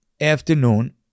afternoon